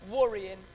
worrying